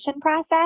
process